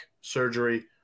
surgery